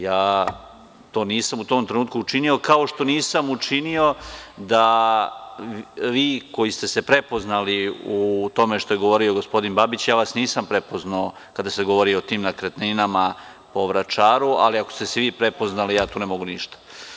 Ja to nisam to u tom trenutku učinio, kao što nisam učinio da vi koji ste se prepoznali u tome što je gospodin Babić, ja vas nisam prepoznao kada se govori o tim nekretninama, po Vračaru, ali ako ste se vi prepoznali ja tu ne mogu ništa.